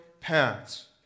paths